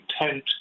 intent